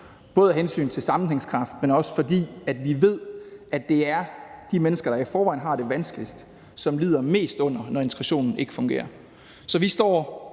både af hensyn til sammenhængskraften, men også, fordi vi ved, at det er de mennesker, der i forvejen har det vanskeligst, som lider mest under det, når integrationen ikke fungerer. Så vi står